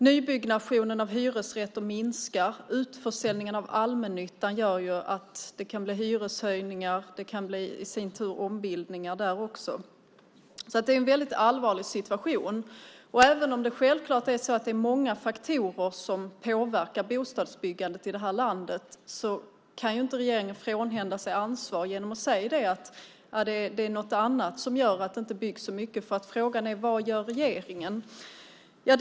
Nybyggnationen av hyresrätter minskar och utförsäljningen av allmännyttan gör att det kan bli hyreshöjningar och ombildningar där också. Det är en allvarlig situation. Det är självklart många faktorer som påverkar bostadsbyggandet i landet, men regeringen kan inte frånhända sig ansvaret genom att säga att det är något annat som gör att det inte byggs så mycket. Frågan är vad regeringen gör.